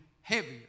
heavier